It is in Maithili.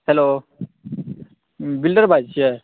हेल्लो बिल्डर बाजै छियै